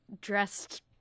dressed